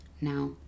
Now